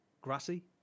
grassy